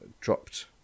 dropped